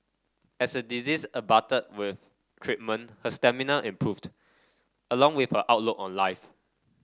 as a disease abated with treatment her stamina improved along with her outlook on life